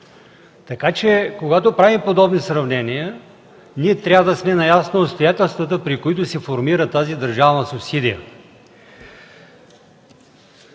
Така че, когато правим подобни сравнения, ние трябва да сме наясно с обстоятелствата, при които се формира тази държавна субсидия.